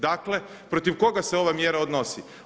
Dakle protiv koga se ova mjera odnosi?